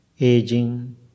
aging